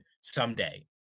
someday